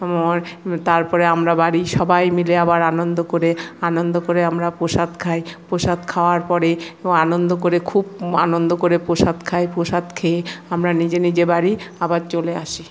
ও মোর তারপরে আমরা বাড়ির সবাই মিলে আবার আনন্দ করে আনন্দ করে আমরা প্রসাদ খাই প্রসাদ খাওয়ার পরে এবং আনন্দ করে খুব আনন্দ করে প্রসাদ খাই প্রসাদ খেয়ে আমরা নিজে নিজে বাড়ি আবার চলে আসি